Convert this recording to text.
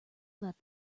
let